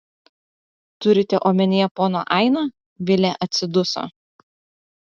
turite omenyje poną ainą vilė atsiduso